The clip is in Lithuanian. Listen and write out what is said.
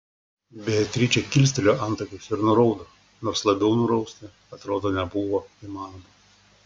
beatričė kilstelėjo antakius ir nuraudo nors labiau nurausti atrodo nebuvo įmanoma